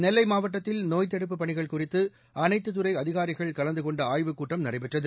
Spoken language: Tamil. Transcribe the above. நெல்லை மாவட்டத்தில் நோய்த் தடுப்புப் பணிகள் குறித்து அனைத்துத் துறை அதிகாரிகள் கலந்து கொண்ட ஆய்வுகூட்டம் நடைபெற்றது